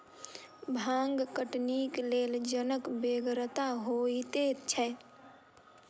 भांग कटनीक लेल जनक बेगरता होइते छै